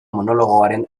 monologoaren